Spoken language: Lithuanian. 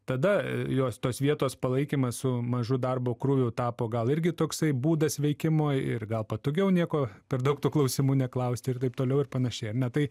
tada jos tos vietos palaikymas su mažu darbo krūviu tapo gal irgi toksai būdas veikimo ir gal patogiau nieko per daug tų klausimų neklausti ir taip toliau ir panašiai ar ne tai